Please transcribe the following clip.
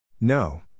No